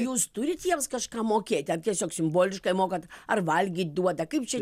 jūs turit jiems kažką mokėti ar tiesiog simboliškai mokat ar valgyt duoda kaip čia